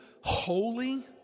holy